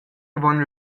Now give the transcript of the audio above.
avon